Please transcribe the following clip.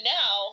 now